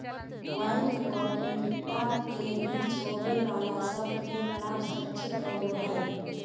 bank गोपनीयता के बीच होवे बाला सब क्रियाकलाप सुरक्षित होवो हइ